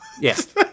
Yes